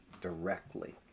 directly